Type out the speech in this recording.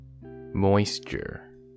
Moisture